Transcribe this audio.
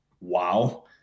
wow